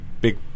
big